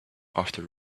after